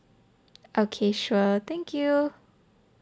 okay sure thank you